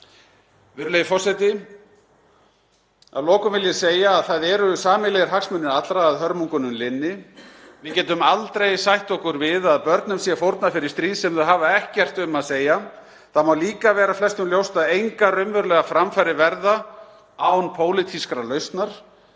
Virðulegi forseti. Að lokum vil ég segja að það eru sameiginlegir hagsmunir allra að hörmungum linni. Við getum aldrei sætt okkur við að börnum sé fórnað fyrir stríð sem þau hafa ekkert um að segja. Það má líka vera flestum ljóst að engar raunverulegar framfarir verða án pólitískrar lausnar.